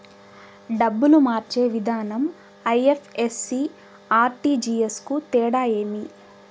డబ్బులు మార్చే విధానం ఐ.ఎఫ్.ఎస్.సి, ఆర్.టి.జి.ఎస్ కు తేడా ఏమి?